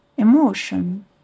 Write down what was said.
emotion